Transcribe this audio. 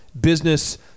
business